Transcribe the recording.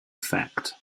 effect